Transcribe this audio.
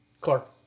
Clark